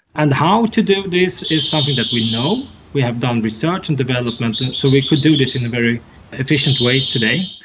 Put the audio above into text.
and how to do this is something that we know, we have done research and development, and so we could do this in a very efficient way today.